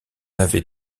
avait